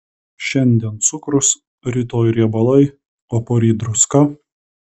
šiandien cukrus rytoj riebalai o poryt druska